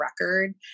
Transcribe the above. record